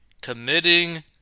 committing